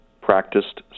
practiced